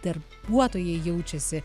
darbuotojai jaučiasi